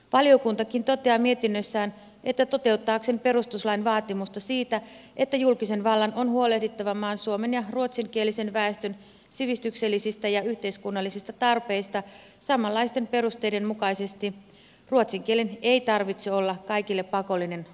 valiokuntakin toteaa mietinnössään että toteuttaakseen perustuslain vaatimusta siitä että julkisen vallan on huolehdittava maan suomen ja ruotsinkielisen väestön sivistyksellisistä ja yhteiskunnallisista tarpeista samanlaisten perusteiden mukaisesti ruotsin kielen ei tarvitse olla kaikille pakollinen oppiaine koulussa